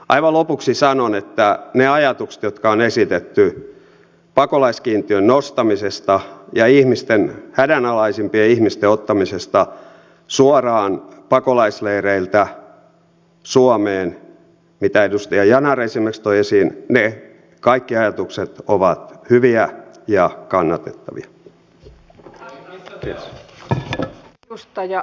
aivan lopuksi sanon että kaikki ne ajatukset jotka on esitetty pakolaiskiintiön nostamisesta ja hädänalaisimpien ihmisten ottamisesta suoraan pakolaisleireiltä suomeen mitä edustaja yanar esimerkiksi toi esiin ovat hyviä ja kannatettavia